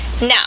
Now